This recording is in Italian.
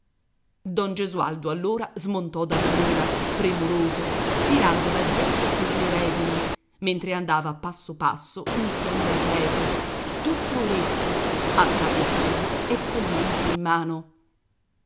don gesualdo allora smontò dalla mula premuroso tirandola dietro per le redini mentre andava passo passo insieme al prete tutto orecchi a capo chino e col mento in mano